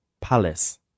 Palace